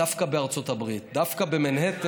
דווקא בארצות הברית, דווקא במנהטן.